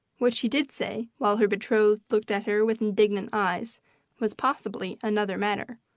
what she did say while her betrothed looked at her with indignant eyes was possibly another matter.